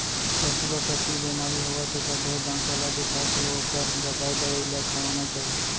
पसू ल टट्टी बेमारी होवत हे त ढोर डॉक्टर ल देखाके ओकर बताए दवई ल खवाना चाही